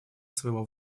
своего